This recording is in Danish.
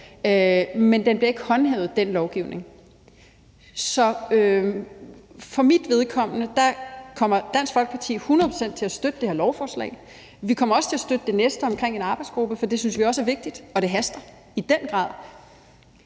bliver ikke håndhævet. Så for mit vedkommende kommer Dansk Folkeparti hundrede procent til at støtte det her beslutningsforslag. Vi kommer også til at støtte det næste om en arbejdsgruppe, for det synes vi også er vigtigt. Og det haster i den grad.